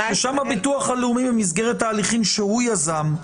ושם הביטוח הלאומי, במסגרת ההליכים שהוא יזם,